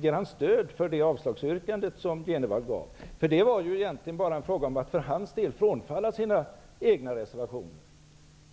Ger han stöd för det avslagsyrkande som Jenevall avgav? Det var egentligen enbart fråga om att Jenevall för sin del frånföll sina egna reservationer.